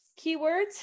keywords